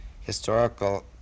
historical